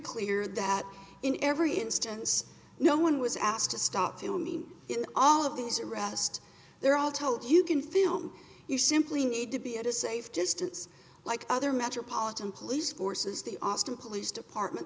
clear that in every instance no one was asked to stop filming in all of these arrests they're all told you can film you simply need to be at a safe distance like other metropolitan police forces the austin police department